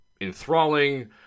enthralling